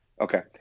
Okay